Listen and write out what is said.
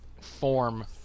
form